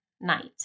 night